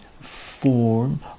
form